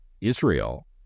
israel